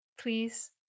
please